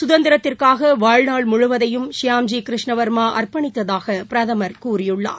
சுதந்திரத்திற்காக வாழ்நாள் முழுவதையும் ஷ்யாம் ஜி கிருஷ்ண வர்மா அர்ப்பணித்ததாக பிரதமர் கூறியுள்ளார்